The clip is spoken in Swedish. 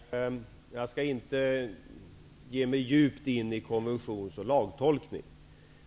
Fru talman! Jag skall inte ge mig djupt in i konventions och lagtolkning.